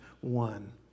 one